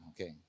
Okay